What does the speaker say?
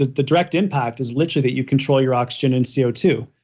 ah the direct impact is literally that you control your oxygen and c o two.